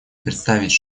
представить